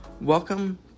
Welcome